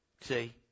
See